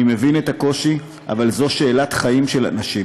אני מבין את הקושי, אבל זו שאלת חיים של אנשים.